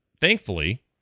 Thankfully